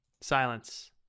silence